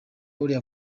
uriya